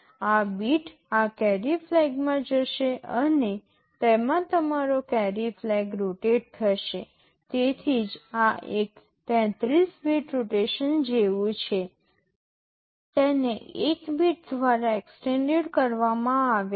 આ બીટ આ કેરી ફ્લેગમાં જશે અને તેમાં તમારો કેરી ફ્લેગ રોટેટ થશે તેથી જ આ એક 33 બીટ રોટેશન જેવું છે તેને 1 બીટ દ્વારા એક્સટેન્ડેડ કહેવામાં આવે છે